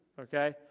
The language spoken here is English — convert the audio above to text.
okay